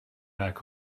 back